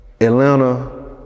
Atlanta